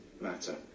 matter